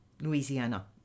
Louisiana